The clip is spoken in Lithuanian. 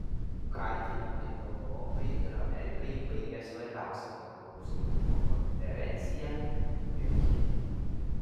kaltinimai europai ir amerikai baigia svarbiausią vakarų saugumo konferenciją miunchene